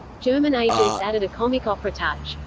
german agents added a comic opera touch.